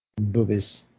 Boobies